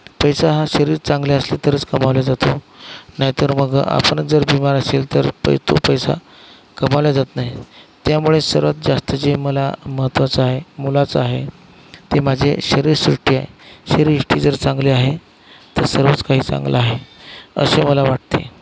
पैसा हा शरीर चांगले असले तरच कमवला जातो नाहीतर मग आपणच जर बीमार असेल तर पैसा तो पैसा कमवला जात नाही त्यामुळे सर्वात जास्त जे मला महत्त्वाचं आहे मोलाचं आहे ते माझे शरीरसृष्टी आहे शरीरसृष्टी जर चांगली आहे तर सर्वच काही चांगलं आहे असे मला वाटते